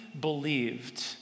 believed